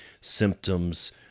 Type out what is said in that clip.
symptoms